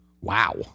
Wow